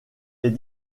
est